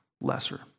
lesser